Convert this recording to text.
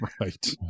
Right